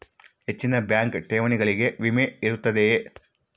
ಹೆಚ್ಚಿನ ಬ್ಯಾಂಕ್ ಠೇವಣಿಗಳಿಗೆ ವಿಮೆ ಇರುತ್ತದೆಯೆ?